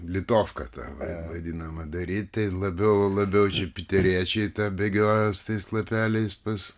litovka ta vadinama daryti tai labiau labiau džipiteriečiai bėgioja su tais lapeliais pas